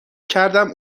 کردم